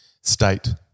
state